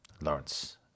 Lawrence